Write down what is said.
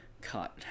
cut